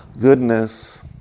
goodness